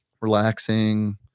relaxing